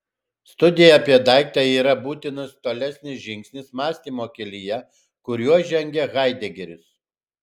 studija apie daiktą yra būtinas tolesnis žingsnis mąstymo kelyje kuriuo žengia haidegeris